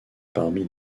parmi